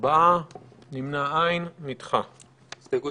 4 נמנעים, אין ההסתייגות